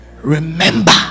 Remember